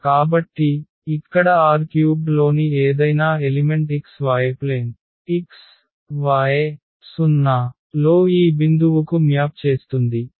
కాబట్టి ఇక్కడ R³ లోని ఏదైనా element xy plane x y 0 లో ఈ బిందువుకు మ్యాప్ చేస్తుంది